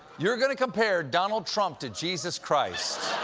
you're going to compare donald trump to jesus christ?